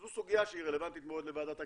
זו סוגיה שהיא רלוונטית מאוד לוועדת הכלכלה,